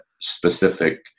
specific